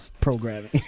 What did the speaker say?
programming